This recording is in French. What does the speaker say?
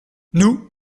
nous